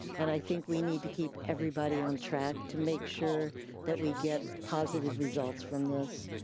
and i think we need to keep everybody on track to make sure that we get positive results from this.